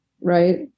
Right